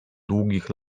długich